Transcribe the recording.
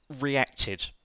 reacted